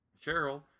Cheryl